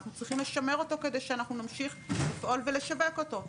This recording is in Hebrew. אנחנו צריכים לשמר אותו כדי שאנחנו נמשיך לפעול ולשווק אותו,